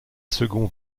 second